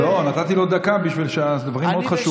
לא, נתתי לו דקה, כי הדברים מאוד חשובים,